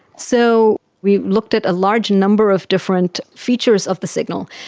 so we looked at a large number of different features of the signal,